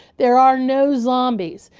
there are no zombies.